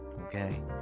Okay